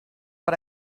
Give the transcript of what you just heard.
but